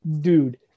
Dude